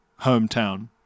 hometown